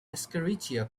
escherichia